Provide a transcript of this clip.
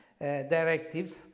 directives